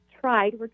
tried